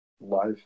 life